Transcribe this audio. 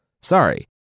Sorry